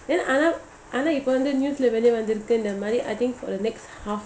then ஆனாஇப்பவந்து:ana ipa vandhu I think for the next half